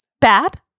Bad